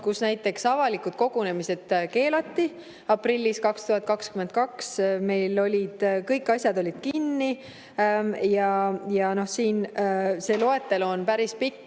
kus näiteks avalikud kogunemised keelati aprillis 202[0], meil olid kõik asjad kinni. See loetelu on päris pikk.